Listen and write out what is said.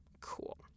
Cool